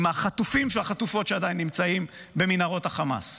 עם החטופים והחטופות שעדיין נמצאים במנהרות החמאס,